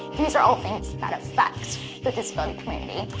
these are all things that affect the disability community.